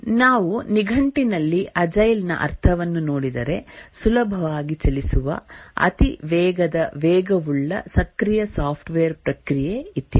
ನಾವು ನಿಘಂಟಿನಲ್ಲಿ ಅಜೈಲ್ ನ ಅರ್ಥವನ್ನು ನೋಡಿದರೆ ಸುಲಭವಾಗಿ ಚಲಿಸುವ ಅತಿ ವೇಗದ ವೇಗವುಳ್ಳ ಸಕ್ರಿಯ ಸಾಫ್ಟ್ವೇರ್ ಪ್ರಕ್ರಿಯೆ ಇತ್ಯಾದಿ